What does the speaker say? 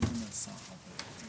שמי טלי שמחה אליקים,